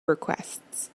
requests